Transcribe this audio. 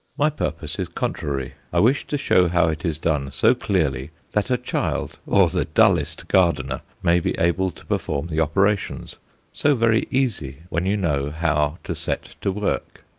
my purpose is contrary. i wish to show how it is done so clearly that a child or the dullest gardener may be able to perform the operations so very easy when you know how to set to work.